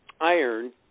iron